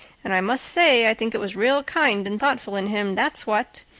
and i must say i think it was real kind and thoughtful in him, that's what.